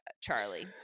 charlie